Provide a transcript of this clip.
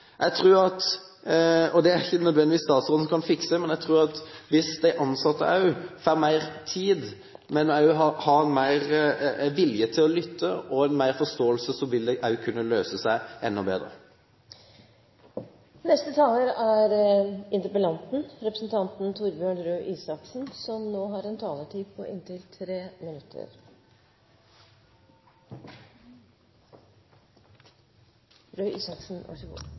det nok ikke nødvendigvis statsråden som kan fikse, men jeg tror at hvis de ansatte får mer tid og også har mer vilje til å lytte – og mer forståelse – vil det kunne løse seg enda bedre. Takk for innspill til debatt og diskusjon. Det blir jo lett en